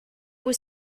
was